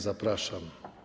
Zapraszam.